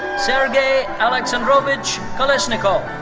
sergey aleksandrovich kolesnikov.